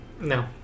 No